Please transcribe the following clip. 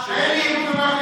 אין לי אמון.